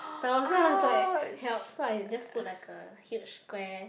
fell off so I was like help so I just put like a huge square